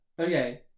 Okay